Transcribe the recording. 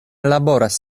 laboras